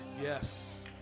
Yes